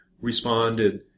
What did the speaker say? responded